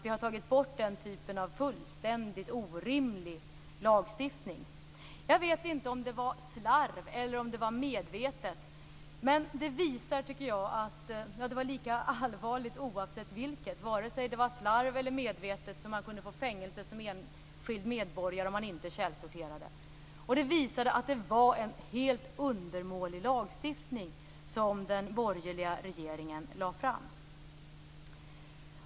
Vi har tagit bort den typen av fullständigt orimlig lagstiftning. Det var lika allvarligt oavsett om det var slarv eller medvetet, och man kunde få fängelse som enskild medborgare om man inte källsorterade. Det visar att det var en helt undermålig lagstiftning som den borgerliga regeringen lade fram.